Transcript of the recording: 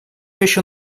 еще